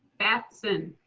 paxton.